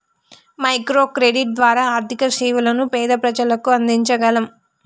micro credit ద్వారా ఆర్థిక సేవలను పేద ప్రజలకు అందించగలం